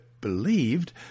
believed